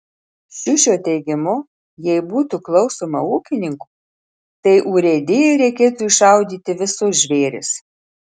šiušio teigimu jei būtų klausoma ūkininkų tai urėdijai reikėtų iššaudyti visus žvėris